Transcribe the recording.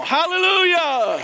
Hallelujah